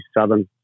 southern